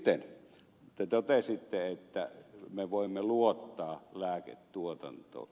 sitten te totesitte että me voimme luottaa lääketuotantoon